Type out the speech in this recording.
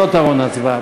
לא טעון הצבעה.